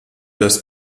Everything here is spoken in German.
das